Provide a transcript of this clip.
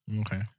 Okay